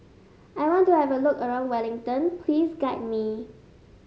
I want to have a look around Wellington please guide me